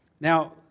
Now